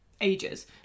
ages